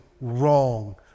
wrong